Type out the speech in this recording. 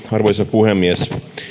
puhemies